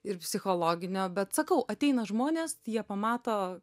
ir psichologinio bet sakau ateina žmonės jie pamato